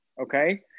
Okay